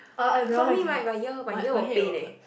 for me right my ear my ear will pain eh